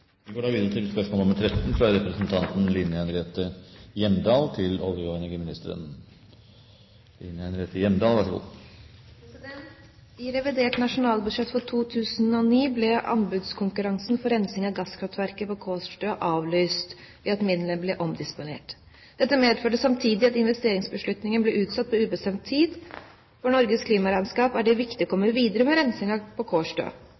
revidert nasjonalbudsjett for 2009 ble anbudskonkurransen for rensing av gasskraftverket på Kårstø avlyst ved at midlene ble omdisponert. Dette medførte samtidig at investeringsbeslutningen ble utsatt på ubestemt tid. For Norges klimaregnskap er det viktig å komme videre med rensing på Kårstø.